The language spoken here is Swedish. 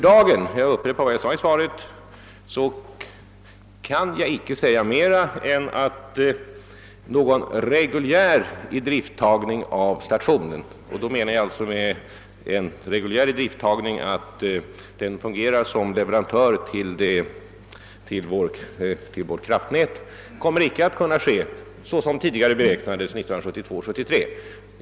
Jag vill upprepa vad jag sade i mitt svar, nämligen att jag för dagen icke kan säga mer än att stationen inte kan tas i reguljär drift — och härmed menar jag att den fungerar som leverantör till vårt kraftnät — 1972—1973, såsom tidigare beräknats.